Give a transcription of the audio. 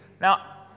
Now